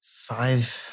five